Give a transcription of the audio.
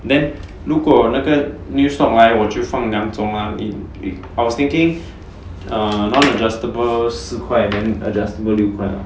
then 如果那个 new stock 来我就放两种 lah I was thinking err non-adjustable 四块 then adjustable 六块